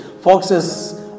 Foxes